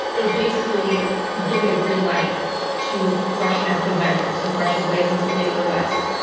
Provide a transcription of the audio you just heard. is basically giving a green light to russian active measures, like russia's way of intimidating the west.